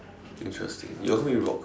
interesting you got how many rocks